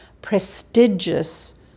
prestigious